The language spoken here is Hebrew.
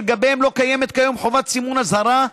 שלגביהם לא קיימת כיום חובת סימון אזהרה,